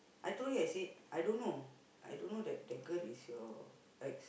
I told you I said I don't know I don't know that girl is your ex